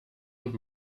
und